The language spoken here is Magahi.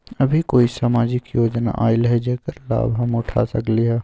अभी कोई सामाजिक योजना आयल है जेकर लाभ हम उठा सकली ह?